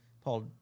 Paul—